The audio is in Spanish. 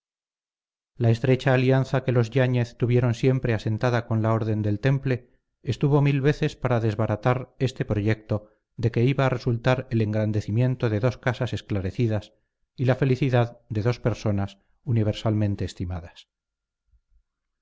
la estrecha alianza que los yáñez tuvieron siempre asentada con la orden del temple estuvo mil veces para desbaratar este proyecto de que iba a resultar el engrandecimiento de dos casas esclarecidas y la felicidad de dos personas universalmente estimadas